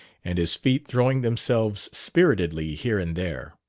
and his feet throwing themselves spiritedly here and there.